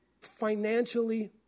Financially